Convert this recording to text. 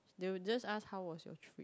they'll just ask how was your meeting